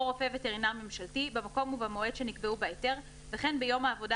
רופא וטרינר ממשלתי במקום ובמועד שנקבעו בהיתר וכן ביום העבודה